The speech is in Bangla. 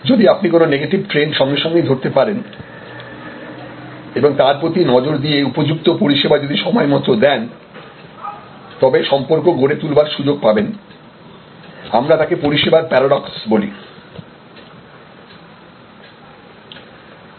যাতে আপনি কোন নেগেটিভ ট্রেন্ড সঙ্গে সঙ্গেই ধরতে পারেন এবং তার প্রতি নজর দিয়ে উপযুক্ত পরিষেবা যদি সময় মতো দেন তবে সম্পর্ক গড়ে তুলবার সুযোগ পাবেন আমরা তাকে পরিষেবার প্যারাডক্স বলি